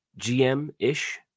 GM-ish